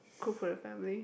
cook for the family